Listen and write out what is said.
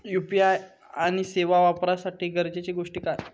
UPI सेवा वापराच्यासाठी गरजेचे गोष्टी काय?